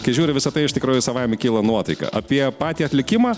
kai žiūri visa tai iš tikrųjų savaime kyla nuotaika apie patį atlikimą